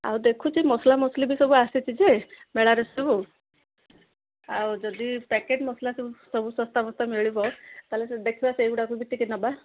ଆଉ ଦେଖୁଛି ମସଲା ମସଲି ବି ସବୁ ଆସିଛି ଯେ ମେଳାରେ ସବୁ ଆଉ ଯଦି ପ୍ୟାକେଟ୍ ମସଲା ସବୁ ସବୁ ଶସ୍ତା ବସ୍ତା ମିଳିବ ତା'ହେଲେ ଦେଖିବା ସେଇଗୁଡ଼ାକ ବି ଟିକେ ନବା